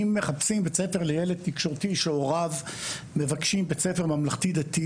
אם מחפשים בית ספר לילד תקשורתי שהוריו מבקשים בית ספר ממלכתי-דתי